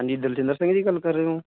ਹਾਂਜੀ ਦਲਜਿੰਦਰ ਸਿੰਘ ਜੀ ਗੱਲ ਕਰ ਰਹੇ ਹੋ